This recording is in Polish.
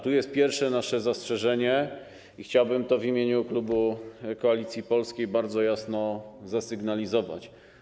To jest pierwsze nasze zastrzeżenie i chciałbym to w imieniu klubu Koalicji Polskiej bardzo jasno zasygnalizować.